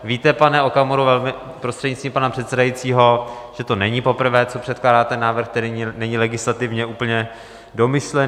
Víte, pane Okamuro, prostřednictvím pana předsedajícího, že to není poprvé, co předkládáte návrh, který není legislativně úplně domyšlený.